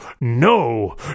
no